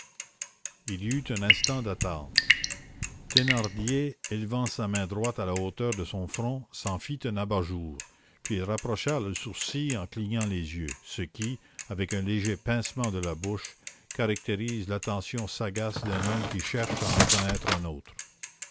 il y eut un instant d'attente thénardier élevant sa main droite à la hauteur de son front s'en fit un abat-jour puis il rapprocha les sourcils en clignant les yeux ce qui avec un léger pincement de la bouche caractérise l'attention sagace d'un homme qui cherche à en reconnaître un autre